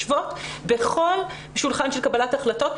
בכל שולחן של קבלת החלטות.